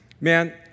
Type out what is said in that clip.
Man